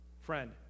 Friend